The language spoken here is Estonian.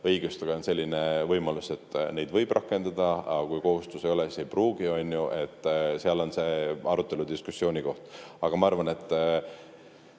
õigustega on selline võimalus, et neid võib rakendada, aga kui kohustust ei ole, siis ei pruugi [rakendada]. Seal on see arutelu, diskussiooni koht. Aga ma arvan, et